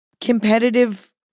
competitive